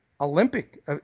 Olympic